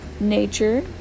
Nature